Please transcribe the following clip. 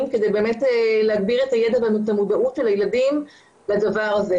כדי להגביר את הידע ואת המודעות של הילדים לדבר הזה.